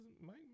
Mike